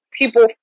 people